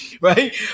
right